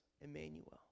Emmanuel